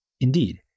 Indeed